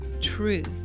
truth